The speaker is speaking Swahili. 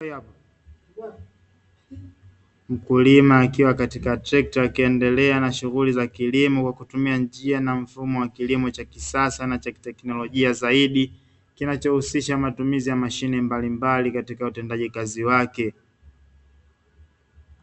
Mkulima akiwa katika trekta akiendelea na shughuli za kilimo kwa kutumia njia na mfumo wa kilimo cha kisasa na cha kiteknolojia zaidi, kinachohusisha matumizi ya mashine mbalimbali katika utendaji kazi wake.